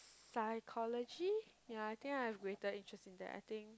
psychology ya I think I have greater interest in that I think